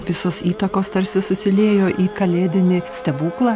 visos įtakos tarsi susiliejo į kalėdinį stebuklą